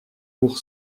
pour